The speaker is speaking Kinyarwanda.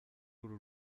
uru